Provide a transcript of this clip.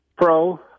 pro